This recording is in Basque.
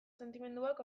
sentimenduak